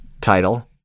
title